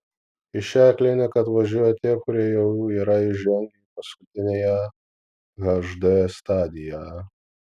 į šią kliniką atvažiuoja tie kurie jau yra įžengę į paskutiniąją hd stadiją